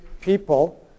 people